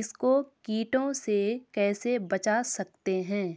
इसको कीटों से कैसे बचा सकते हैं?